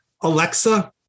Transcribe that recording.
Alexa